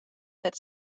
that